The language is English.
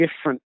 different